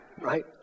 Right